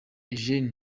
eugene